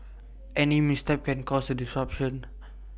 any misstep can cause A disruption